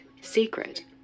secret